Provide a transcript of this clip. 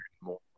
more